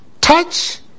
touch